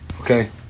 Okay